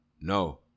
No